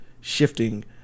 shifting